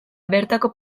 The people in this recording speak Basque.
bertako